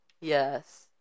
Yes